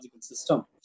system